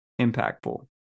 impactful